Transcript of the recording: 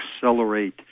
accelerate